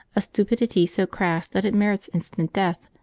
a stupidity so crass that it merits instant death,